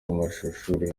amashuri